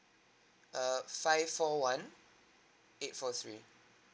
err five four one eight four three